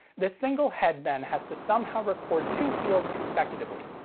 this single head then has to somehow record two fields consecutively.